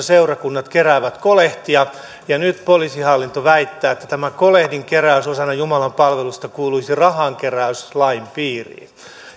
seurakunnat keräävät kolehtia nyt poliisihallitus väittää että tämä kolehdinkeräys osana jumalanpalvelusta kuuluisi rahankeräyslain piiriin